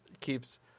keeps